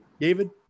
David